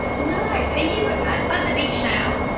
nice! are you at ah the beach now?